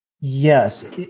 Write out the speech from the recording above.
Yes